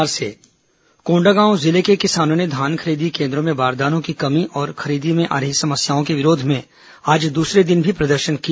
धान खरीदी चक्काजाम कोंडागांव जिले के किसानों ने धान खरीदी केन्द्रों में बारदानों की कमी और खरीदी में आ रही समस्याओं के विरोध में आज दूसरे दिन भी प्रदर्शन किया